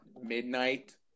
midnight